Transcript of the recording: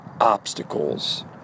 obstacles